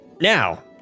Now